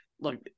look